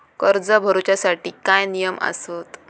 कर्ज भरूच्या साठी काय नियम आसत?